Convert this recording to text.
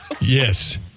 Yes